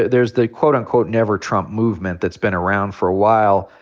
there's the quote unquote never trump movement that's been around for a while.